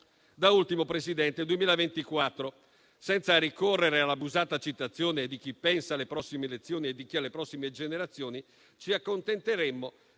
Da ultimo, Presidente: sul 2024, senza ricorrere all'abusata citazione di chi pensa alle prossime elezioni e di chi alle prossime generazioni, ci accontenteremmo